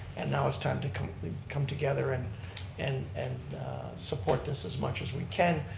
and now it's time to come come together and and and support this as much as we can.